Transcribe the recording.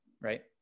right